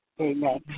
Amen